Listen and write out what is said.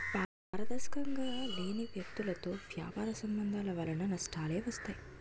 పారదర్శకంగా లేని వ్యక్తులతో వ్యాపార సంబంధాల వలన నష్టాలే వస్తాయి